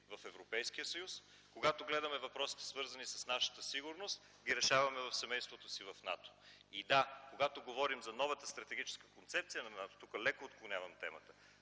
в Европейския съюз, когато гледаме въпросите, свързани с нашата сигурност, ги решаваме в семейството си в НАТО. Когато говорим за новата стратегическа концепция на НАТО – тук леко отклонявам темата,